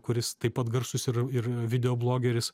kuris taip pat garsus ir videoblogeris